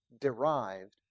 derived